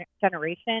generation